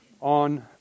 on